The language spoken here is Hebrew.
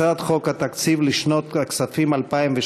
הצעת חוק התקציב לשנות הכספים